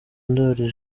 ndoli